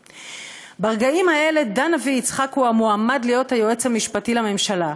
ברגעים האלה דן אבי-יצחק הוא המועמד להיות היועץ המשפטי לממשלה.